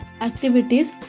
activities